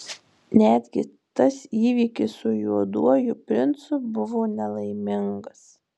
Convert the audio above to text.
netgi tas įvykis su juoduoju princu buvo nelaimingas